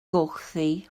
gochddu